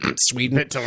Sweden